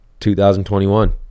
2021